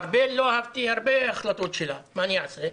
ארבל, לא אהבתי הרבה החלטות שלה, מה אני אעשה.